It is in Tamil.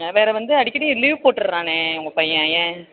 வேறே வந்து அடிக்கடி லீவ் போட்டுடுறானே உங்கள் பையன் ஏன்